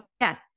yes